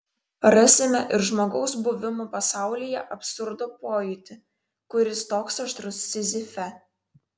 rasime ir žmogaus buvimo pasaulyje absurdo pojūtį kuris toks aštrus sizife